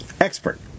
Expert